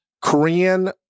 Korean